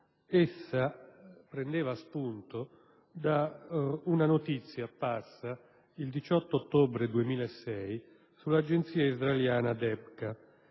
Essa prendeva spunto da una notizia apparsa il 18 ottobre 2006 sull'agenzia israeliana Debka,